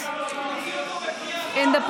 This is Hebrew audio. גולדה מאיר,